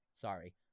Sorry